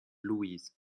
louise